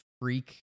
freak